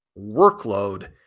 workload